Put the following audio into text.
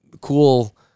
cool